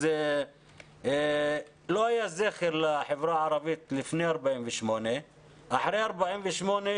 אז לא היה זכר לחברה הערבית לפני 48'. אחרי 48',